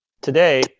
Today